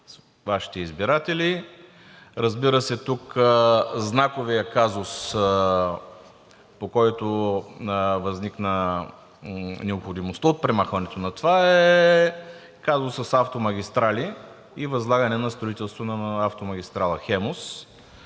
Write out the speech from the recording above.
Вашите избиратели. Разбира се, тук знаковият казус, по който възникна необходимостта от премахването на това, е казусът с „Автомагистрали“ и възлагане на строителство на автомагистрала „Хемус“.